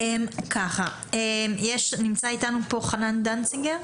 ככה, נמצא איתנו פה חנן דנציגר.